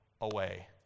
away